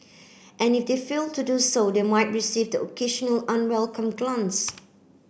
and if they fail to do so they might receive the occasional unwelcome glance